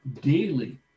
daily